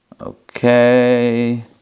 Okay